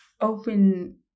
open